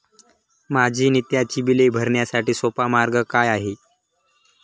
माझी नित्याची बिले भरण्यासाठी सोपा मार्ग काय आहे?